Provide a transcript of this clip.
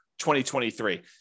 2023